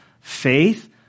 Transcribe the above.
faith